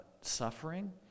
suffering